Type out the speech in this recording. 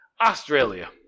Australia